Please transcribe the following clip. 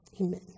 Amen